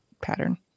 pattern